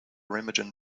remagen